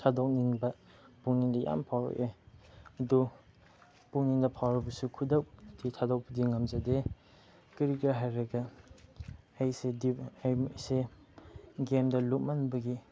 ꯊꯥꯗꯣꯛꯅꯤꯡꯕ ꯄꯨꯛꯅꯤꯡꯗ ꯌꯥꯝ ꯐꯥꯎꯔꯛꯑꯦ ꯑꯗꯨ ꯄꯨꯛꯅꯤꯡꯗ ꯐꯥꯎꯔꯕꯁꯨ ꯈꯨꯗꯛꯇꯤ ꯊꯥꯗꯣꯛꯄꯗꯤ ꯉꯝꯖꯗꯦ ꯀꯔꯤꯒꯤꯔꯥ ꯍꯥꯏꯔꯒ ꯑꯩꯁꯦ ꯒꯦꯝꯗ ꯂꯨꯞꯃꯟꯕꯒꯤ